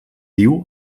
diu